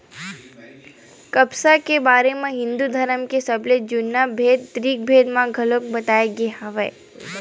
कपसा के बारे म हिंदू धरम के सबले जुन्ना बेद ऋगबेद म घलोक बताए गे हवय